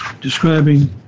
describing